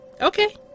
Okay